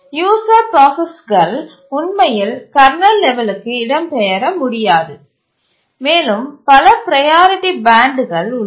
user ப்ராசஸ்கள் உண்மையில் kernel லெவலுக்கு இடம்பெயர முடியாது மேலும் பல ப்ரையாரிட்டி பேண்டுகள் உள்ளன